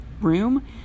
room